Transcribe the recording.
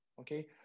Okay